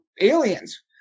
aliens